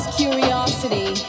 curiosity